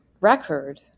record